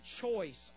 choice